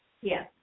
Yes